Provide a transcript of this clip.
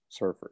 surfers